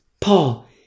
Paul